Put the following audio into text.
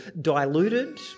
diluted